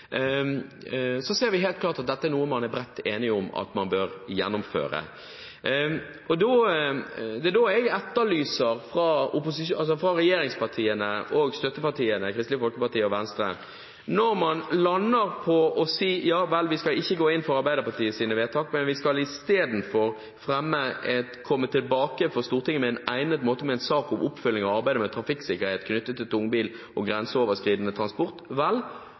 er bredt enige om at man bør gjennomføre. Det er da jeg etterlyser noe fra regjeringspartiene og støttepartiene Kristelig Folkeparti og Venstre. Når man lander på ikke å gå inn for Arbeiderpartiets vedtak, men isteden å fremme et forslag om å komme tilbake til Stortinget på en egnet måte med en sak om oppfølging av arbeidet med trafikksikkerhet knyttet til tungbil og grenseoverskridende transport,